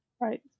right